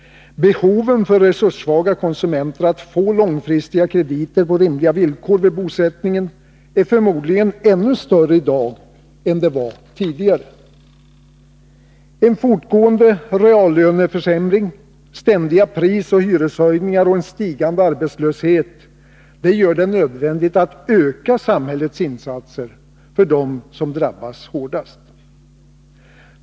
Behoven för resurssvaga konsumenter att få långfristiga krediter på rimliga villkor vid bosättningen är förmodligen ännu större i dag än tidigare. En fortgående reallöneförsämring, ständiga prisoch hyreshöjningar och en stigande arbetslöshet gör det nödvändigt att öka samhällets insatser för dem som drabbas hårdast.